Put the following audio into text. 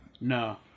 No